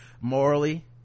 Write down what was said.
morally